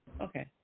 Okay